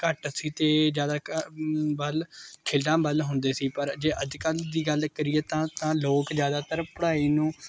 ਘੱਟ ਸੀ ਅਤੇ ਜ਼ਿਆਦਾ ਕ ਵੱਲ ਖੇਡਾਂ ਵੱਲ ਹੁੰਦੇ ਸੀ ਪਰ ਜੇ ਅੱਜ ਕੱਲ੍ਹ ਦੀ ਗੱਲ ਕਰੀਏ ਤਾਂ ਤਾਂ ਲੋਕ ਜ਼ਿਆਦਾਤਰ ਪੜ੍ਹਾਈ ਨੂੰ